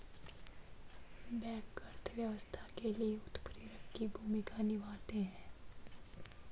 bank अर्थव्यवस्था के लिए उत्प्रेरक की भूमिका निभाते है